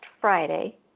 Friday